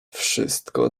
wszystko